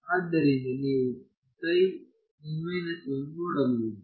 ಆದ್ದರಿಂದ ನೀವು ನೋಡಬಹುದು